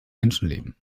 menschenleben